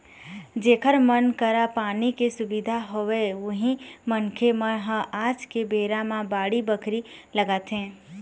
जेखर मन करा पानी के सुबिधा हवय उही मनखे मन ह आज के बेरा म बाड़ी बखरी लगाथे